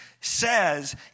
says